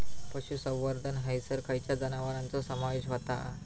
पशुसंवर्धन हैसर खैयच्या जनावरांचो समावेश व्हता?